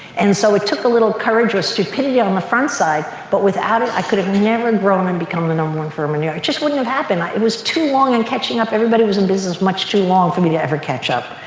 and so it took a little courage or stupidity on the front side but without it i could have never grown and become the number one firm in new york. it just wouldn't have happened. it was too long in catching up. everybody was in business much too long for me to ever catch up.